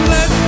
Let